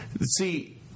See